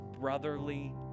brotherly